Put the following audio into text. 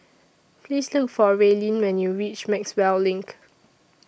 Please Look For Raelynn when YOU REACH Maxwell LINK